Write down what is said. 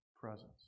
presence